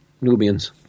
Nubians